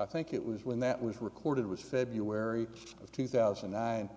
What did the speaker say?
i think it was when that was recorded was february of two thousand and nine